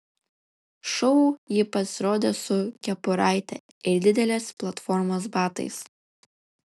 šou ji pasirodė su kepuraite ir didelės platformos batais